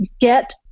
get